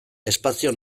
espazio